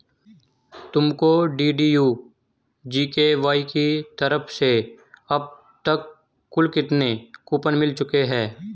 तुमको DDU GKY की तरफ से अब तक कुल कितने कूपन मिल चुके हैं?